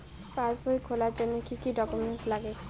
পাসবই খোলার জন্য কি কি ডকুমেন্টস লাগে?